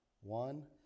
One